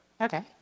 Okay